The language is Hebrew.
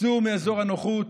צאו מאזור הנוחות,